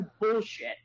Bullshit